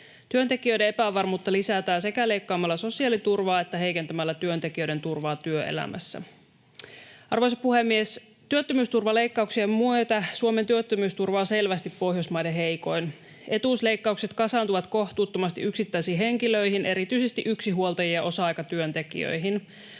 Työntekijöiden epävarmuutta lisätään sekä leikkaamalla sosiaaliturvaa että heikentämällä työntekijöiden turvaa työelämässä. Arvoisa puhemies! Työttömyysturvaleikkauksien myötä Suomen työttömyysturva on selvästi Pohjoismaiden heikoin. Etuusleikkaukset kasaantuvat kohtuuttomasti yksittäisiin henkilöihin, erityisesti yksinhuoltajiin ja osa-aikatyöntekijöihin.